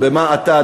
במה אתה,